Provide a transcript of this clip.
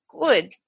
good